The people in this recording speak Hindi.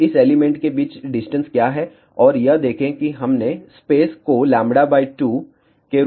अब इस एलिमेंट के बीच की डिस्टेंस क्या है और यह देखें कि हमने स्पेस को λ 2 के रूप में लिया है